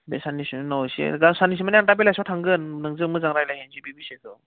बे साननैसोनि उनावहाय एसे दा साननैसो माने आं दा बेलासेयाव थांगोन नोंजों मोजां रायज्लायहैनोसै बे बिसयखौ